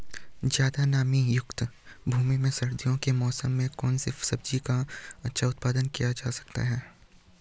ज़्यादा नमीयुक्त भूमि में सर्दियों के मौसम में कौन सी सब्जी का अच्छा उत्पादन किया जा सकता है?